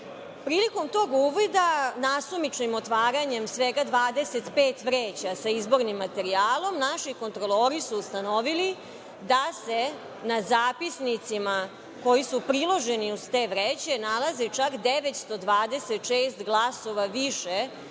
Prilikom tog uvida nasumičnim otvaranjem svega 25 vreća sa izbornim materijalom naši kontrolori su ustanovili da se na zapisnicima koji su priloženi uz te vreće nalazi čak 926 glasova više